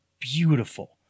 beautiful